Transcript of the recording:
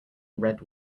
red